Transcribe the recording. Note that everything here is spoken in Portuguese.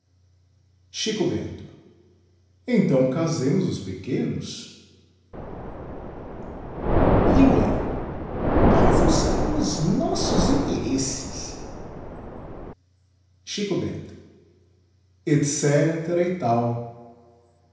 xico bento então casemos os pequenos limoeiro caam se os nossos interesses xico bento et csetera e tal